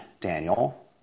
Daniel